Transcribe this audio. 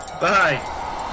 bye